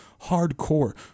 hardcore